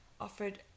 offered